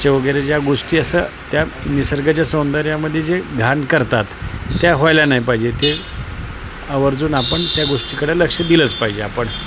चे वगैरे ज्या गोष्टी असं त्या निसर्गाच्या सौंदर्यामध्ये जे घाण करतात त्या व्हायला नाही पाहिजे ते आवर्जून आपण त्या गोष्टीकडं लक्ष दिलंच पाहिजे आपण